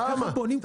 אבל הם ישנו את זה.